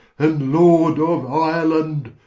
and lord of ireland,